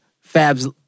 Fab's